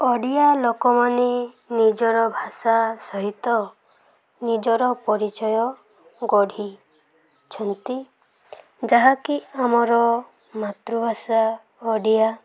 ଓଡ଼ିଆ ଲୋକମାନେ ନିଜର ଭାଷା ସହିତ ନିଜର ପରିଚୟ ଗଢ଼ିଛନ୍ତି ଯାହାକି ଆମର ମାତୃଭାଷା ଓଡ଼ିଆ